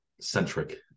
centric